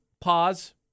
pause